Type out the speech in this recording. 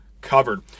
Covered